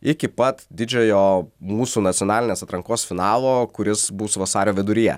iki pat didžiojo mūsų nacionalinės atrankos finalo kuris bus vasario viduryje